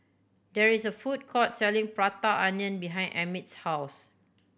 there is a food court selling Prata Onion behind Emit's house